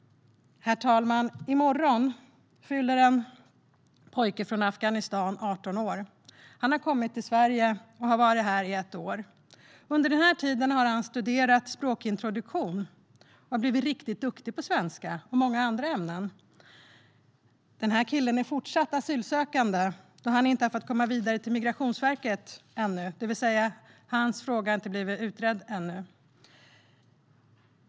Herr talman! I morgon fyller en pojke från Afghanistan 18 år. Han har kommit till Sverige och har varit här i ett år. Under denna tid har han studerat på språkintroduktion och blivit riktigt duktig på svenska och i många andra ämnen. Den här killen är fortsatt asylsökande då han inte har fått komma vidare till Migrationsverket ännu, det vill säga att hans fråga ännu inte har blivit utredd.